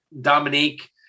Dominique